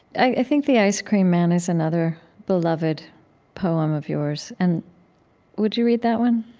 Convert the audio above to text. i think the ice-cream man is another beloved poem of yours. and would you read that one?